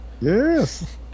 Yes